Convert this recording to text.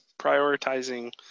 prioritizing